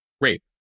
rape